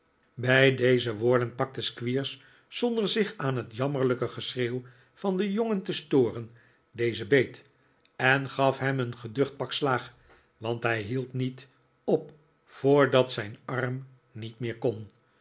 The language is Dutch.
bij deze woorden pakte squeers zonder zich aan het jammerlijke geschreeuw van den jongen te storen dezen beet en gaf hem een geducht pak slaag want hij hield niet op voordat zijn arm niet meer kon